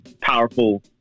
powerful